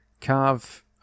carve